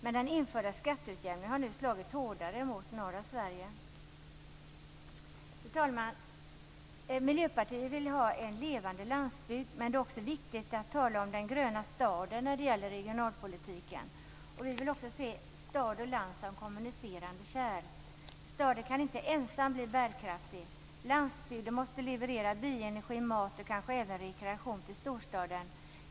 Men den införda skatteutjämningen har nu slagit hårdare mot norra Sverige. Miljöpartiet vill ha en levande landsbygd. Men det är också viktigt att tala om den gröna staden när det gäller regionalpolitiken. Vi vill också se stad och land som kommunicerande kärl. Staden kan inte ensam bli bärkraftig. Landsbygden måste leverera bioenergi, mat och kanske även rekreation till storstaden.